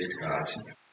God